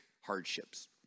hardships